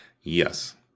yes